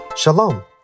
Shalom